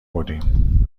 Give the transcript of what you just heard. بودیم